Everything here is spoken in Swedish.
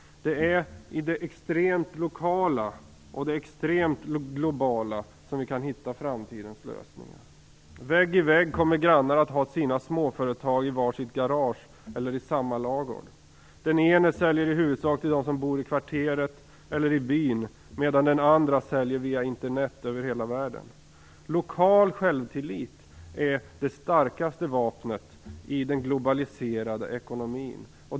Det är i det extremt lokala och i det extremt globala som vi kan hitta framtidens lösning. Vägg i vägg i samma garage eller i samma ladugård kommer grannar att ha sina småföretag. Den ene säljer i huvudsak till dem som bor i kvarteret eller byn, medan den andre via Internet säljer över hela världen. Lokal självtillit är det starkaste vapnet i den globaliserade ekonomin.